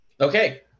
Okay